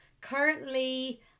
currently